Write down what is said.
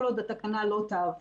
כל עוד התקנה לא תעבור,